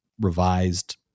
revised